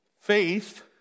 faith